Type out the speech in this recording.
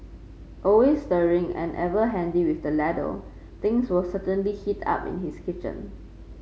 always stirring and ever handy with the ladle things will certainly heat up in his kitchen